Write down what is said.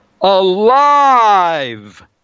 alive